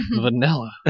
Vanilla